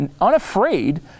unafraid